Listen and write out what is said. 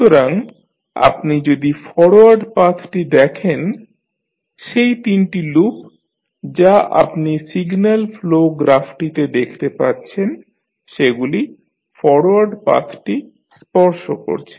সুতরাং আপনি যদি ফরোয়ার্ড পাথটি দেখেন সেই তিনটি লুপ যা আপনি সিগন্যাল ফ্লো গ্রাফটিতে দেখতে পাচ্ছেন সেগুলি ফরোয়ার্ড পাথটি স্পর্শ করছে